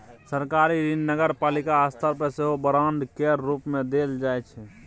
सरकारी ऋण नगरपालिको स्तर पर सेहो बांड केर रूप मे देल जाइ छै